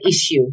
issue